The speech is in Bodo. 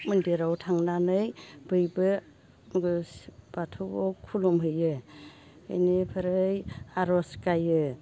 मन्दिराव थांनानै बयबो बाथौआव खुलुमहैयो बेनिफ्राय आरज गाबो